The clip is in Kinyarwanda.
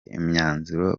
imyanzuro